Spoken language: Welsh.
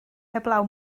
heblaw